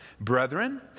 Brethren